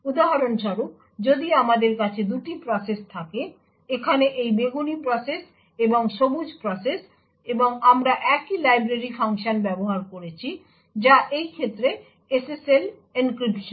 উদাহরণস্বরূপ যদি আমাদের কাছে দুটি প্রসেস থাকে এখানে এই বেগুনি প্রসেস এবং সবুজ প্রসেস এবং আমরা একই লাইব্রেরি ফাংশন ব্যবহার করেছি যা এই ক্ষেত্রে SSL এনক্রিপশন